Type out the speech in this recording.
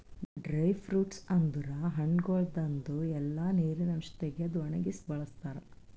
dry fruits ಅಂದುರ್ ಹಣ್ಣಗೊಳ್ದಾಂದು ಎಲ್ಲಾ ನೀರಿನ ಅಂಶ ತೆಗೆದು ಒಣಗಿಸಿ ಬಳ್ಸತಾರ್